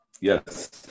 yes